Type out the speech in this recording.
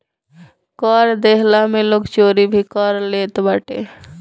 कर देहला में लोग चोरी भी कर लेत बाटे